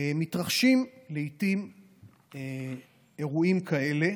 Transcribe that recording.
מתרחשים לעיתים אירועים כאלה.